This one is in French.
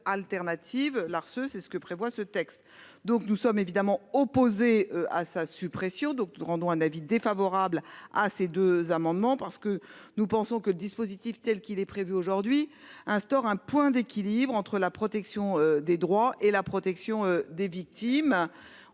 l'Arse. C'est ce que prévoit le texte. Nous sommes évidemment opposés à la suppression d'une telle disposition. Nous émettons un avis défavorable sur ces deux amendements, parce que nous pensons que le dispositif tel qu'il est prévu aujourd'hui instaure un point d'équilibre entre la protection des droits et celle des victimes.